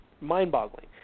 mind-boggling